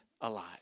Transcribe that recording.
alive